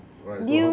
alright so how